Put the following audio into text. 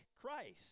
Christ